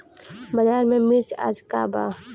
बाजार में मिर्च आज का बा?